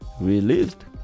released